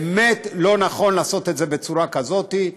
באמת לא נכון לעשות את זה בצורה כזאת.